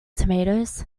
tomatoes